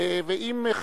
ואם,